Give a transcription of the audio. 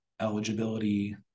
eligibility